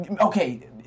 Okay